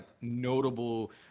notable